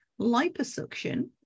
liposuction